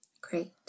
Great